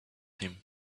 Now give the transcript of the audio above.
him